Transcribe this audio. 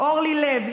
אורלי לב,